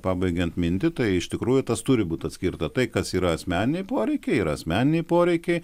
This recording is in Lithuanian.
pabaigiant mintį tai iš tikrųjų tas turi būt atskirta tai kas yra asmeniniai poreikiai yra asmeniniai poreikiai